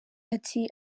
ati